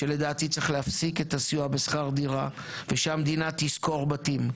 שלדעתי צריך להפסיק את הסיוע בשכר דירה ושהמדינה תשכור בתים,